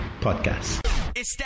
Podcast